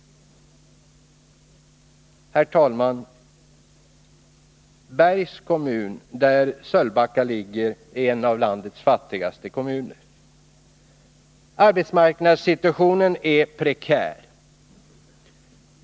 Herr talman! Bergs kommun, där Sölvbacka ligger, är en av landets fattigaste kommuner. Arbetsmarknadssituationen är prekär.